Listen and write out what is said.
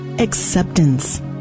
Acceptance